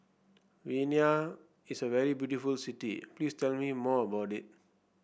Vienna is a very beautiful city Please tell me more about it